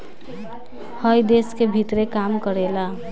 हइ देश के भीतरे काम करेला